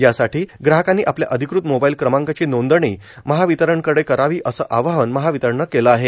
यासाठी ग्राहकांनी आपल्या अधिकृत मोबाईल क्रमांकाची नोंदणी महावितरणाकडं करावी असं आवाहन महावितरणानं केलं आहे